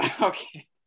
Okay